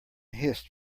hissed